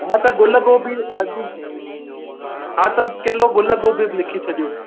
हा त गुल गोभी अधु हा त किलो गुल गोभी बि लिखी छॾियो